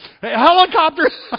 Helicopters